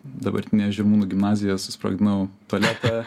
dabartinėj žirmūnų gimnazijoj susprogdinau tualete